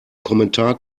kommentar